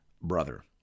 brother